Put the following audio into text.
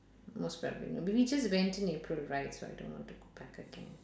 most probably no we we just went in april right so I don't want to go back again